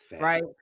right